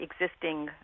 existing